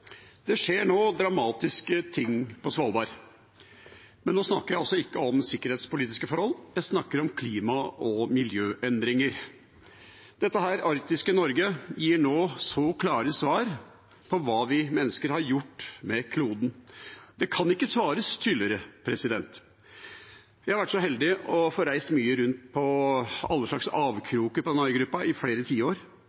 Det skjer nå dramatiske ting på Svalbard. Men nå snakker jeg altså ikke om sikkerhetspolitiske forhold, jeg snakker om klima- og miljøendringer. Dette arktiske Norge gir nå så klare svar på hva vi mennesker har gjort med kloden, at det kan ikke svares tydeligere. Jeg har vært så heldig å få reise mye rundt i alle slags